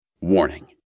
Warning